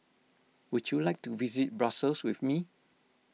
would you like to visit Brussels with me